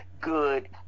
good